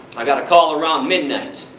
i got a call around midnight,